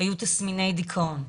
היו תסמיני דיכאון,